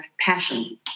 passion